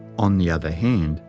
on the other hand,